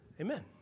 Amen